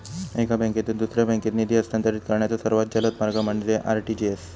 एका बँकेतून दुसऱ्या बँकेत निधी हस्तांतरित करण्याचो सर्वात जलद मार्ग म्हणजे आर.टी.जी.एस